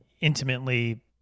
intimately